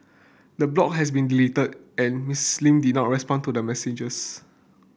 the blog has been deleted and Miss Lee did not respond to messages